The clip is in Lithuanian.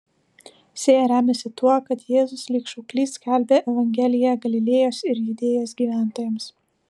sėja remiasi tuo kad jėzus lyg šauklys skelbia evangeliją galilėjos ir judėjos gyventojams